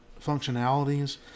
functionalities